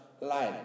line